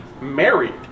married